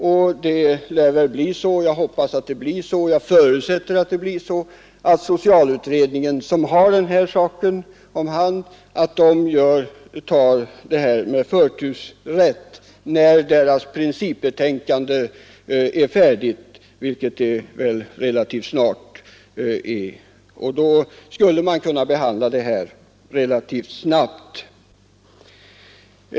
Det lär väl därför bli så jag hoppas och förutsätter att det blir det att socialutredningen, som har den här saken om hand, behandlar denna fråga med förtursrätt när utredningens principbetänkande är färdigt, vilket väl blir relativt snart.